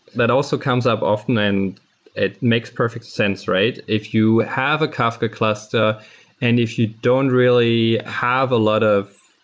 that also comes up often and it makes perfect sense, right? if you have a kafka cluster and if you don't really have a lot of,